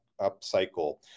upcycle